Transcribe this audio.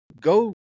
go